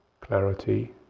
clarity